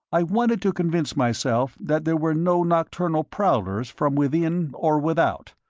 i wanted to convince myself that there were no nocturnal prowlers from within or without.